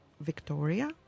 Victoria